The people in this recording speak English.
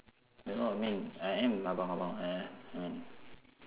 you know what I mean I am abang abang !aiya! I mean